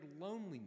loneliness